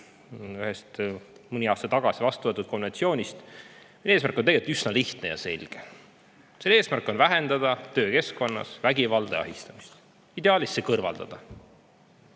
ühest mõni aasta tagasi vastu võetud konventsioonist. Selle eesmärk on tegelikult üsna lihtne ja selge. Eesmärk on vähendada töökeskkonnas vägivalda ja ahistamist, ideaalis see kõrvaldada.